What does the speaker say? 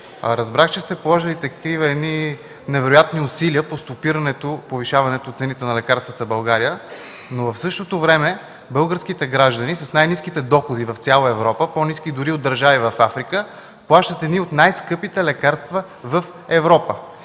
Разбрах, че сте положили такива едни невероятни усилия по стопирането повишаването цените на лекарствата в България, но в същото време българските граждани са с най-ниските доходи в цяла Европа – по-ниски дори и от държави в Африка, плащат едни от най-скъпите лекарства в Европа.